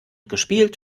gespielt